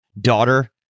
daughter